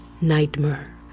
nightmare